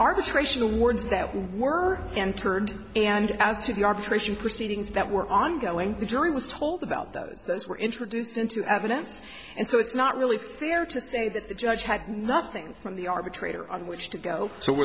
arbitration awards that were and turned and as to the arbitration proceedings that were ongoing the jury was told about those those were introduced into evidence and so it's not really fair to say that the judge had nothing from the arbitrator on which to go